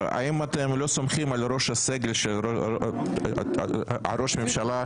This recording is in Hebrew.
אם אתם לא סומכים על ראש הסגל של ראש הממשלה,